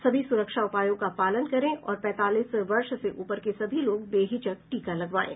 सभी सुरक्षा उपायों का पालन करें और पैंतालीस वर्ष से ऊपर के सभी लोग बेहिचक टीका लगवाएं